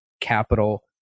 capital